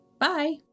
Bye